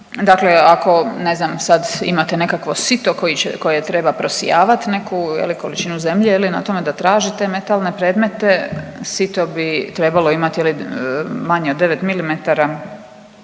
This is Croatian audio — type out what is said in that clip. Dakle ako, ne znam, sad, imate nekakvo sito koje treba prosijavati neku, je li, količinu zemlju, na tome da tražite metalne predmete, sito bi trebalo imati, je li, manje od 9 mm